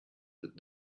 that